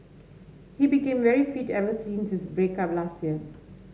he became very fit ever since his break up last year